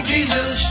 Jesus